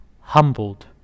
humbled